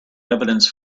evidence